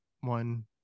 one